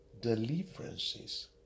deliverances